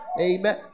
Amen